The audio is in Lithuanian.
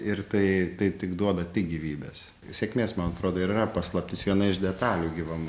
ir tai tai tik duoda tik gyvybės sėkmės man atrodo ir yra paslaptis viena iš detalių gyva